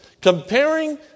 comparing